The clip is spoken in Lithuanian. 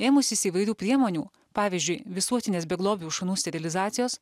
ėmusis įvairių priemonių pavyzdžiui visuotinės beglobių šunų sterilizacijos